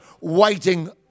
waiting